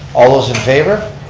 all those in favor?